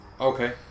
Okay